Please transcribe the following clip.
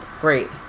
Great